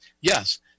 yes